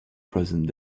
present